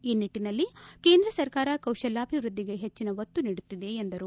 ಈ ನಿಟ್ಟನಲ್ಲಿ ಕೇಂದ್ರ ಸರಕಾರ ಕೌಶಲ್ಲಾಭಿವೃದ್ಧಿಗೆ ಹೆಚ್ಚಿನ ಒತ್ತು ನೀಡುತ್ತಿದೆ ಎಂದರು